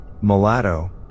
Mulatto